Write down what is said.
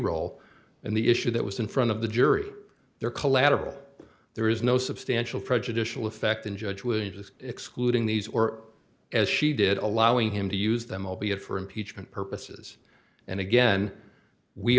role and the issue that was in front of the jury there collateral there is no substantial prejudicial effect in judge williams is excluding these or as she did allowing him to use them albeit for impeachment purposes and again we